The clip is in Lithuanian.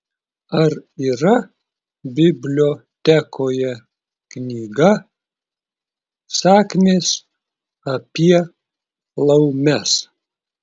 ar yra bibliotekoje knyga sakmės apie laumes